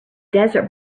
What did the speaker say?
desert